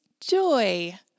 joy